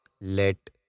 let